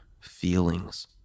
feelings